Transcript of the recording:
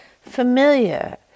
familiar